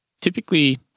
typically